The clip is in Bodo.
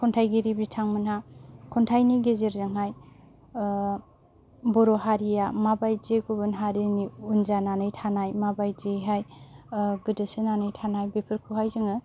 खन्थाइगिरि बिथांमोनहा खन्थाइनि गेजेरजोंहाय बर' हारिया माबायदि गुबुन हारिनि उन जानानै थानाय माबायदियैहाय गोदोसोनानै थानाय बेफोरखौहाय जोङो